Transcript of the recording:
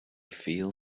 feel